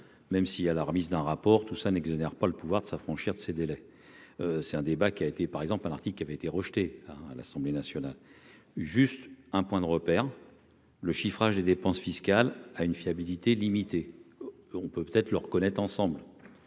même si a la remise d'un rapport tout ça n'exonère pas le pouvoir de s'affranchir de ces délais, c'est un débat qui a été par exemple un article qui avait été rejeté à l'Assemblée nationale, juste un point de repère le chiffrage des dépenses fiscales à une fiabilité limitée, on peut peut-être le reconnaître ensemble,